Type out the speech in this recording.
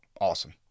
awesome